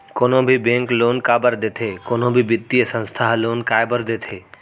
कोनो भी bank loan काबर देथे कोनो भी बित्तीय संस्था ह लोन काय बर देथे?